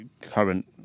current